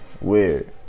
Weird